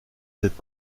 cette